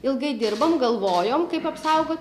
ilgai dirbom galvojom kaip apsaugot